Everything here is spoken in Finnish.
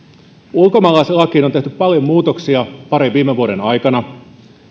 ulkomaalaislakiin on tehty paljon muutoksia parin viime vuoden aikana